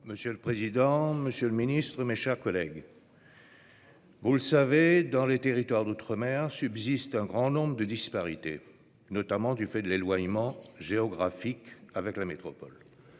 Monsieur le président, monsieur le ministre, mes chers collègues, vous le savez, dans les territoires d'outre-mer subsistent un grand nombre de disparités, notamment du fait de l'éloignement géographique avec la métropole.